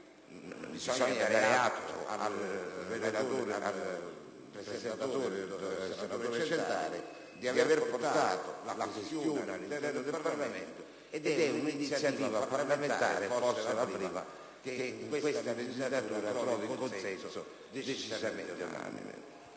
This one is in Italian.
Bisogna dare atto al presentatore, senatore Centaro, di aver portato la questione all'interno del Parlamento, per un'iniziativa parlamentare, forse la prima che in questa legislatura trova un consenso unanime.